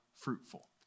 fruitful